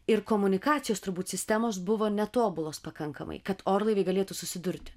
ir komunikacijos turbūt sistemos buvo netobulos pakankamai kad orlaiviai galėtų susidurti